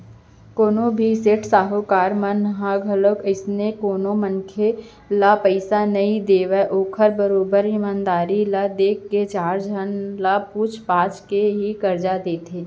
कोनो भी सेठ साहूकार मन ह घलोक अइसने कोनो मनखे ल पइसा नइ देवय ओखर बरोबर ईमान ल देख के चार झन ल पूछ पाछ के ही करजा देथे